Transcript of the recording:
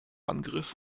angriff